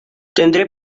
tendré